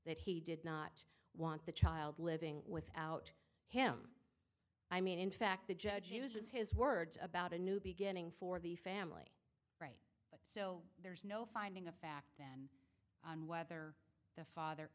that he did not want the child living without him i mean in fact the judge uses his words about a new beginning for the family so there's no finding of fact then on whether the father